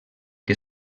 que